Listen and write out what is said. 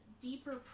deeper